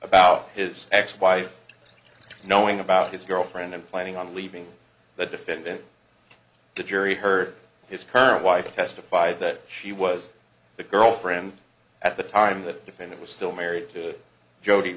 about his ex wife knowing about his girlfriend and planning on leaving the defendant the jury heard his current wife testified that she was the girlfriend at the time the defendant was still married to jodi